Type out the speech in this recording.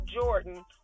Jordan